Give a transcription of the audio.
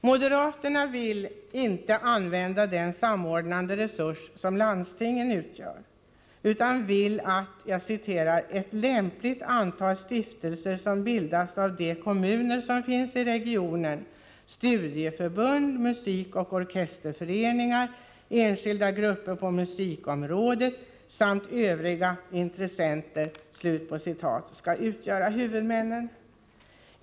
Moderaterna vill inte använda den samordnande resurs som landstingen utgör utan vill att ett lämpligt antal stiftelser som bildas av de kommuner som finns i regionen, studieförbund, musikoch orkesterföreningar, enskilda grupper på musikområdet samt övriga intressenter skall utgöra huvudmän.